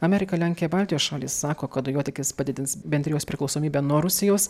amerika lenkia baltijos šalis sako kad dujotiekis padidins bendrijos priklausomybę nuo rusijos